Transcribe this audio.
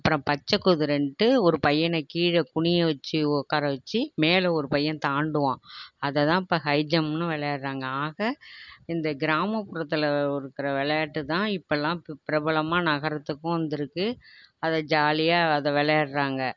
அப்புறம் பச்சைக் குதிரைன்ட்டு ஒரு பையனை கீழே குனிய வச்சு உக்கார வச்சு மேலே ஒரு பையன் தாண்டுவான் அதைதான் இப்போ ஹை ஜம்னு விளையாடுறாங்க ஆக இந்த கிராமப்புறத்தில் இருக்கிற ஒரு விளையாட்டுதான் இப்போலாம் பிப் பிரபலமாக நகரத்துக்கும் வந்திருக்கு அதை ஜாலியாக அதை விளையாடுறாங்க